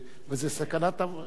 יותר.